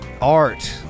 art